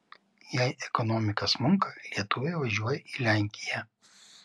jei ekonomika smunka lietuviai važiuoja į lenkiją